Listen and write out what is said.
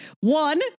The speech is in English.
One